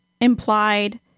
implied